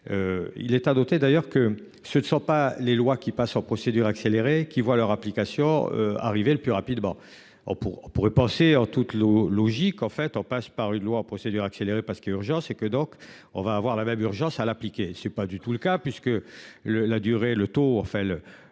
Il est doté d'ailleurs que ce ne sont pas les lois qui passe en procédure accélérée qui voient leur application arriver le plus rapidement. Or pour pourraient penser en toute l'eau logique en fait on passe par une loi procédure accélérée parce qu'il est urgent, c'est que donc on va avoir la même urgence à l'appliquer. Ce n'est pas du tout le cas puisque le la durée le taux enfin le